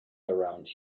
around